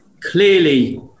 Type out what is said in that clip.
Clearly